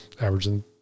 averaging